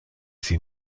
sie